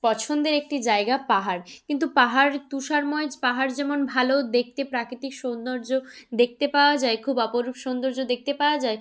পছন্দের একটি জায়গা পাহাড় কিন্তু পাহাড় তুষারময় য্ পাহাড় যেমন ভালো দেখতে প্রাকৃতিক সৌন্দর্য দেখতে পাওয়া যায় খুব অপরূপ সৌন্দর্য দেখতে পাওয়া যায়